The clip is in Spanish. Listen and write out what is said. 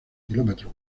kilómetro